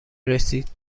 رسید